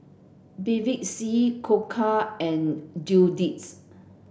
Bevy C Koka and Dundee